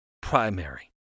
primary